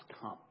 come